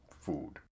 food